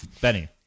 Benny